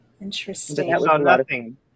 Interesting